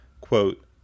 quote